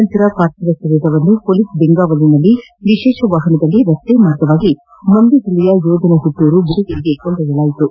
ನಂತರ ಪಾರ್ಥಿವ ಶರೀರವನ್ನು ಪೊಲೀಸ್ ಬೆಂಗಾವಲಿನಲ್ಲಿ ವಿಶೇಷ ವಾಪನದಲ್ಲಿ ರಸ್ತೆ ಮಾರ್ಗವಾಗಿ ಮಂಡ್ಯ ಜಿಲ್ಲೆಯ ಯೋಧನ ಪುಟ್ನೂರು ಗುಡಿಗೆರೆಗೆ ಕೊಂಡೊಯ್ಯಲಾಯಿತು